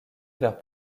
vers